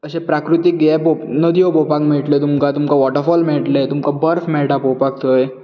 अशें प्राकृतीक ये नदयो पळोवपाक मेळटल्यो तुमकां वाॅटरफाॅल मेळटले तुमकां बर्फ मेळटा पळोवपाक थंय